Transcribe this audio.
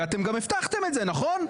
ואתם גם הבטחתם את זה נכון?